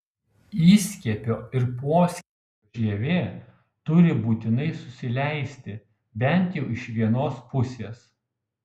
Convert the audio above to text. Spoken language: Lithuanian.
įskiepio ir poskiepio žievė turi būtinai susileisti bent jau iš vienos pusės